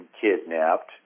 kidnapped